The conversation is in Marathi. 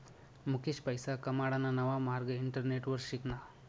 मुकेश पैसा कमाडाना नवा मार्ग इंटरनेटवर शिकना